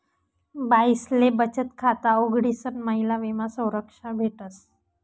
बाईसले बचत खाता उघडीसन महिला विमा संरक्षा भेटस